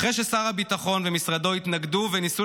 אחרי ששר הביטחון ומשרדו התנגדו וניסו